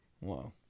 Wow